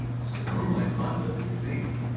so normalize font doesn't do anything.